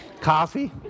Coffee